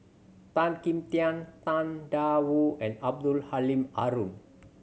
Tan Kim Tian Tang Da Wu and Abdul Halim Haron